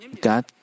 God